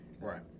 Right